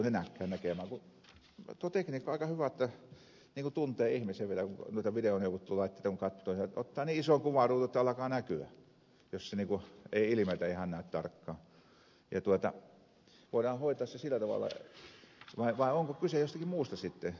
kun tuo tekniikka on aika hyvä niin kun tuntee ihmisen vielä kun noita videoneuvottelulaitteita on katsonut voi ottaa niin ison kuvaruudun että alkaa näkyä jos ei ilmeitä ihan näy tarkkaan ja voidaan hoitaa se sillä tavalla vai onko kyse jostakin muusta sitten